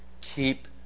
keep